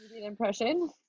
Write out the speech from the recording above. impression